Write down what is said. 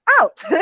out